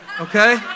Okay